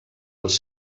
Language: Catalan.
els